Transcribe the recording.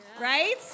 Right